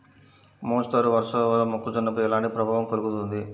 మోస్తరు వర్షాలు వల్ల మొక్కజొన్నపై ఎలాంటి ప్రభావం కలుగుతుంది?